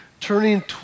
turning